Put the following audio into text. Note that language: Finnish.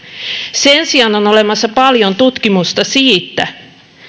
sen sijaan on olemassa paljon tutkimusta siitä